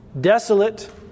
desolate